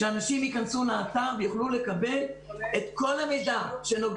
אנשים יכנסו לאתר ויוכלו לקבל את כל המידע.